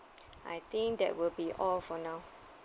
I think that will be all for now